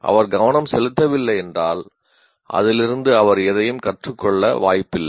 அவர் கவனம் செலுத்தவில்லை என்றால் அதிலிருந்து அவர் எதையும் கற்றுக்கொள்ள வாய்ப்பில்லை